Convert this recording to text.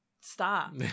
stop